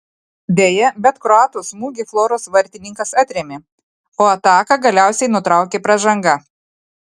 deja bet kroato smūgį floros vartininkas atrėmė o ataką galiausiai nutraukė pražanga